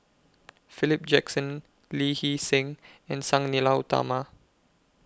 Philip Jackson Lee Hee Seng and Sang Nila Utama